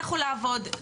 לכו לעבוד,